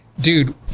dude